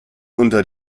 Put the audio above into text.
unter